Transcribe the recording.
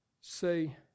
say